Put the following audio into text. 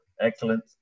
excellent